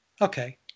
okay